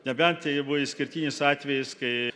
nebent tai buvo išskirtinis atvejis kai